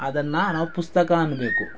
ಅದನ್ನು ನಾವು ಪುಸ್ತಕ ಅನ್ಬೇಕು